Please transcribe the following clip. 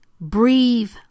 breathe